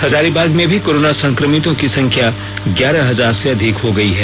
हजारीबाग में भी कोरोना संक्रमितों की संख्या ग्यारह हजार से अधिक हो गई है